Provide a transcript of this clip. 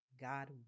God